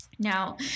Now